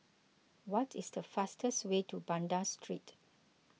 what is the fastest way to Banda Street